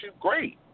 great